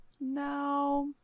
no